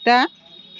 आगदा